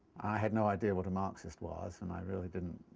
had no idea what a marxist was, and i really didn't